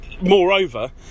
moreover